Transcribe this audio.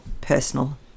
personal